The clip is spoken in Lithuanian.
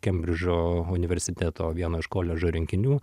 kembridžo universiteto vieno iš koledžo rinkinių